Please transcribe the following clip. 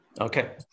Okay